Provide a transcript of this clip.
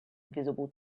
visible